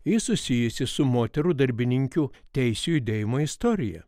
ji susijusi su moterų darbininkių teisių judėjimo istorija